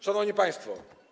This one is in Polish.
Szanowni Państwo!